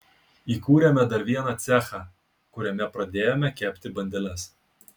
įkūrėme dar vieną cechą kuriame pradėjome kepti bandeles